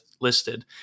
listed